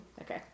okay